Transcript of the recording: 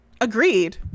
Agreed